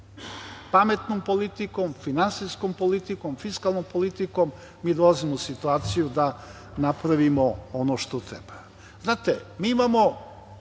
pametnom politikom, finansijskom politikom, fiskalnom politikom, mi dolazimo u situaciju da napravimo ono što treba. Znate, mi imamo